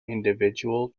individual